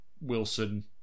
Wilson